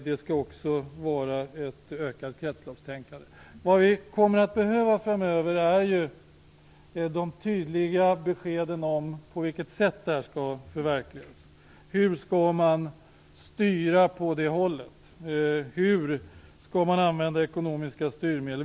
Det skall också vara ett ökat kretsloppstänkande. Vad vi framöver kommer att behöva är tydliga besked om på vilket sätt detta skall förverkligas. Hur skall man styra på det hållet? Hur skall man använda ekonomiska styrmedel?